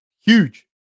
huge